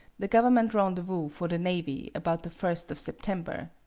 the government rendezvous for the navy, about the first of september,